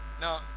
Now